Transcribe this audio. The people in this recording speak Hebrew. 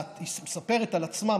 מספרת על עצמה,